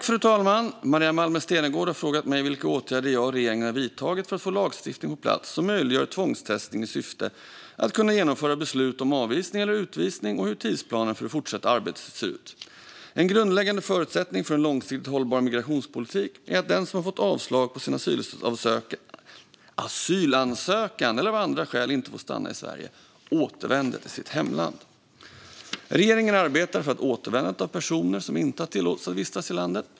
Fru talman! Maria Malmer Stenergard har frågat mig vilka åtgärder jag och regeringen har vidtagit för att få lagstiftning på plats som möjliggör tvångstestning i syfte att kunna genomföra beslut om avvisning eller utvisning och hur tidsplanen för det fortsatta arbetet ser ut. En grundläggande förutsättning för en långsiktigt hållbar migrationspolitik är att den som har fått avslag på sin asylansökan eller av andra skäl inte får stanna i Sverige återvänder till sitt hemland. Regeringen arbetar för att öka återvändandet av personer som inte har tillåtelse att vistas i landet.